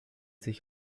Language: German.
sich